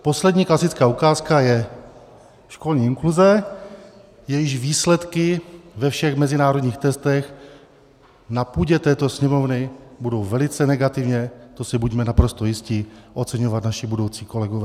Poslední klasická ukázka je školní inkluze, jejíž výsledky ve všech mezinárodních testech na půdě této Sněmovny budou velice negativně, to si buďme naprosto jisti, oceňovat naši budoucí kolegové.